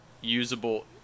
usable